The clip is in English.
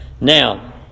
Now